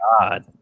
God